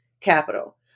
capital